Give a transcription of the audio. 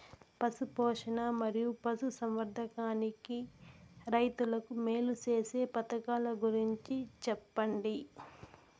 పశు పోషణ మరియు పశు సంవర్థకానికి రైతుకు మేలు సేసే పథకాలు గురించి చెప్పండి?